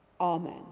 Amen